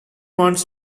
wants